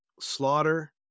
Slaughter